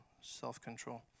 self-control